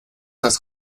das